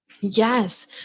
Yes